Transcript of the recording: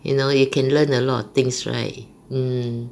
you know you can learn a lot of things right mm